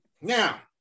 Now